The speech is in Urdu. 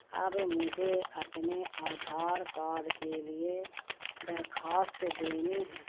اب مجھے اپنے آدھار کارڈ کے لیے درخواست دینی ہے